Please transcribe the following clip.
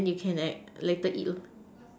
then they can like later eat lor